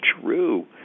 true